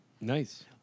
Nice